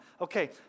Okay